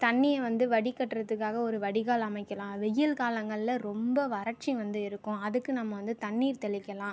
தண்ணியை வந்து வடிகட்டுறத்துக்காக ஒரு வடிகால் அமைக்கலாம் வெயில் காலங்களில் ரொம்ப வறட்சி வந்து இருக்கும் அதுக்கு நம்ம வந்து தண்ணீர் தெளிக்கலாம்